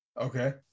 okay